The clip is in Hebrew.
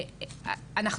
אני בטוחה שגם הם מבינים,